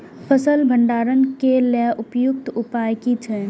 फसल भंडारण के लेल उपयुक्त उपाय कि छै?